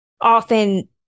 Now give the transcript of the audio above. often